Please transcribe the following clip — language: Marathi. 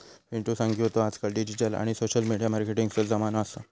पिंटु सांगी होतो आजकाल डिजिटल आणि सोशल मिडिया मार्केटिंगचो जमानो असा